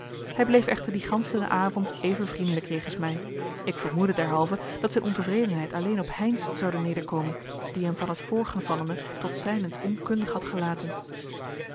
hij bleef echter dien gansenen avond even vriendelijk jegens mij ik vermoedde derhalve dat zijn ontevredenheid alleen op heynsz zoude nederkomen die hem van het voorgevallene tot zijnent onkundig had gelaten